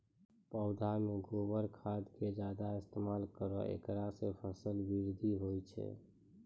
पौधा मे गोबर खाद के ज्यादा इस्तेमाल करौ ऐकरा से फसल बृद्धि होय छै?